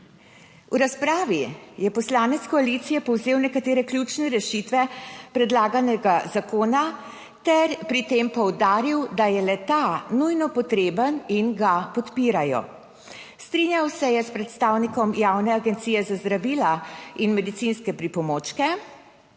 V razpravi je poslanec koalicije povzel nekatere ključne rešitve predlaganega zakona ter pri tem poudaril, da je le ta nujno potreben in ga podpirajo. Strinjal se je s predstavnikom Javne agencije za zdravila in medicinske pripomočke,